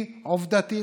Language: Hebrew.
עובדתית,